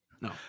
No